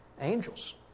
Angels